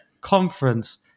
conference